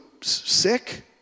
sick